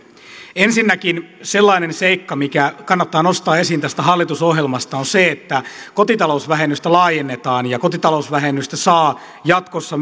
ensinnäkin sellainen seikka mikä kannattaa nostaa esiin tästä hallitusohjelmasta on se että kotitalousvähennystä laajennetaan ja kotitalousvähennystä saa jatkossa